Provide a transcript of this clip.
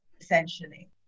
Essentially